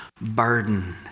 burden